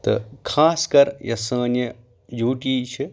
تہٕ خاص کر یۄس سٲنۍ یہِ یوٗ ٹی چھِ